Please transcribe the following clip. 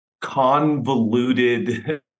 convoluted